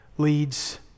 leads